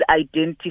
identify